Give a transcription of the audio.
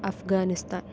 Afghanistan